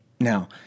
Now